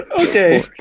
Okay